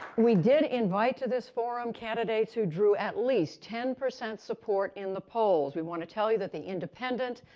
we did invite to this forum candidates who drew at least ten percent support in the polls. we want to tell you that the independent,